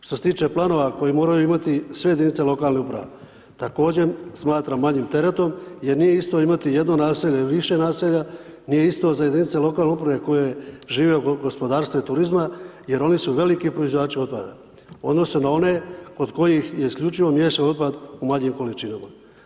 Što se tiče planove koji moraju imati sve jedinice lokalne uprave, također smatram manjim teretom jer nije isto imati jedno naselje ili više naselja, nije isto za jedinice lokalne uprave koje žive od gospodarstva i turizma jer oni su veliki proizvođači otpada u odnosu na one kod kojih je isključivo miješan otpad u manjim količinama.